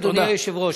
אדוני היושב-ראש,